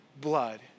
blood